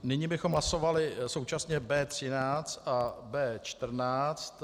Nyní bychom hlasovali současně B13 a B14.